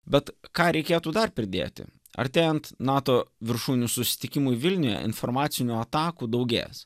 bet ką reikėtų dar pridėti artėjant nato viršūnių susitikimui vilniuje informacinių atakų daugės